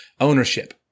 ownership